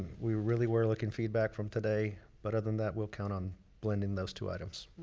we really were lacking feedback from today. but, other than that, we'll count on blending those two items.